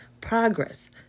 progress